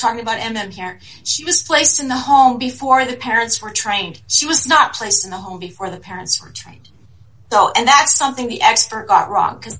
talking about am here she was placed in the home before the parents were trained she was not placed in the home before the parents are trying to go and that's something the expert got wro